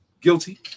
guilty